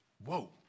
Whoa